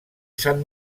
san